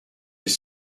les